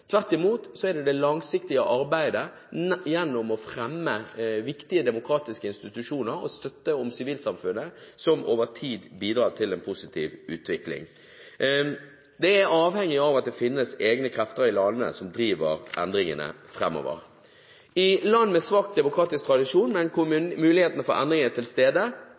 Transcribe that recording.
Tvert imot er det det langsiktige arbeidet gjennom å fremme viktige demokratiske institusjoner og støtte opp om sivilsamfunnet som over tid bidrar til en positiv utvikling. Det er avhengig av at det finnes egne krefter i landene som driver endringene framover. I land med en svak demokratisk tradisjon, men hvor mulighetene for endring er til stede,